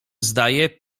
zdaje